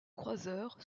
croiseurs